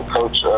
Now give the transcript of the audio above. Coach